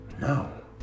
No